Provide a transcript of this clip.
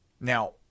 Now